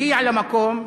הגיע למקום,